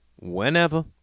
whenever